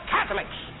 Catholics